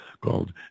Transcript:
called